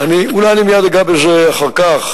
אולי אני אגע בזה אחר כך,